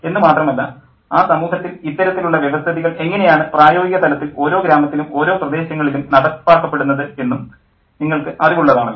എന്നു മാത്രമല്ല ആ സമൂഹത്തിൽ ഇത്തരത്തിലുള്ള വ്യവസ്ഥിതികൾ എങ്ങനെയാണ് പ്രായോഗിക തലത്തിൽ ഓരോ ഗ്രാമത്തിലും ഓരോ പ്രദേശങ്ങളിലും നടപ്പാക്കപ്പെടുന്നത് എന്നും നിങ്ങൾക്ക് അറിവുള്ളതാണല്ലോ